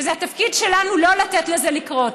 וזה התפקיד שלנו לא לתת לזה לקרות.